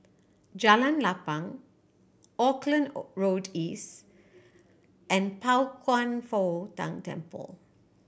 Jalan Lapang Auckland O Road East and Pao Kwan Foh Tang Temple